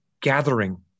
gathering